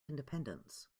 independence